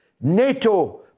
NATO